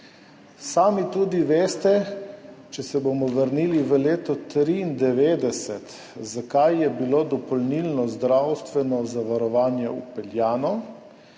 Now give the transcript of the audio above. Sami tudi veste, če se bomo vrnili v leto 1993, zakaj je bilo dopolnilno zdravstveno zavarovanje vpeljano.